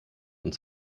und